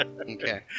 Okay